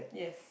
yes